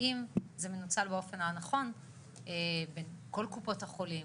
האם זה מנוצל באופן הנכון בין כל קופות החולים,